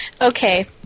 Okay